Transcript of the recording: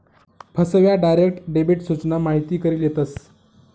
फसव्या, direct debit सूचना माहिती करी लेतस